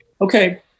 Okay